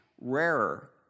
rarer